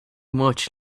much